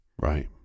Right